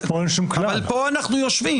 אבל פה אנחנו יושבים.